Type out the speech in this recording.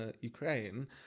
Ukraine